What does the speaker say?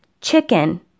chicken